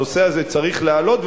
הנושא הזה צריך לעלות,